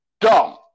Dumb